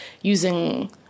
using